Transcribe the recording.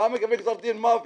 למה לקבל גזר דין מוות?